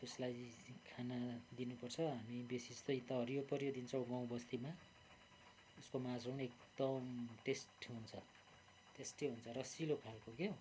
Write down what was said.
त्यसलाई खाना दिनुपर्छ हामी बेसी जस्तै त हरियो परियो दिन्छौँ गाउँबस्तीमा उसको मासु पनि एकदम टेस्ट हुन्छ टेस्टी हुन्छ रसिलो खालको क्या हौ